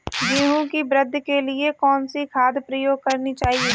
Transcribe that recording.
गेहूँ की वृद्धि के लिए कौनसी खाद प्रयोग करनी चाहिए?